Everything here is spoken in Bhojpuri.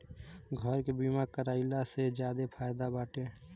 घर के बीमा कराइला से ज्यादे फायदा बाटे